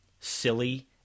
silly